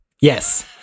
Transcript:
Yes